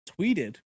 tweeted